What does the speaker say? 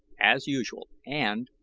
as usual, and,